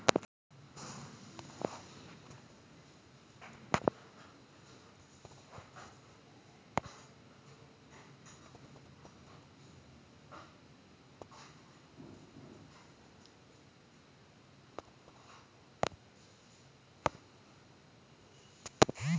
ಅನನಾಸು ಎಂಬುದು pineapple ಎಂದು ಕರೆಯಲ್ಪಡುವ ಹಣ್ಣು ಇದು ಉಷ್ಣವಲಯದ ಸಸ್ಯವಾಗಿದೆ